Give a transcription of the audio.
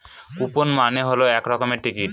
coupon মানে হল এক রকমের টিকিট